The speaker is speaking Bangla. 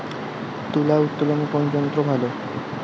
তুলা উত্তোলনে কোন যন্ত্র ভালো?